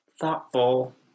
Thoughtful